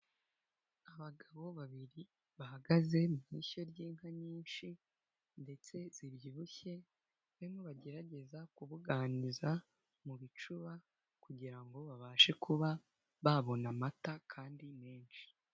Abagabo babiri bahagaze mu ishyo ry'inka nyinshi ndetse zibyibushye, barimo bagerageza kubuganiza mu bicuba kugira ngo babashe kuba babona amata kandi menshi.